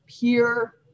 peer